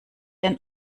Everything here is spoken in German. den